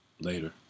Later